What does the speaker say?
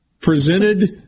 Presented